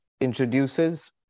introduces